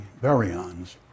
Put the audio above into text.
baryons